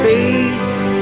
Fate